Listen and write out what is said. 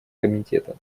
комитета